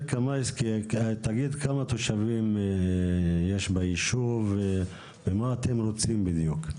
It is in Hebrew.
תגיד לנו כמה תושבים ביישוב ומה אתם רוצים בדיוק.